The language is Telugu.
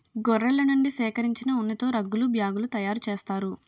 గొర్రెల నుండి సేకరించిన ఉన్నితో రగ్గులు బ్యాగులు తయారు చేస్తారు